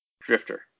Drifter